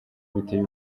biteye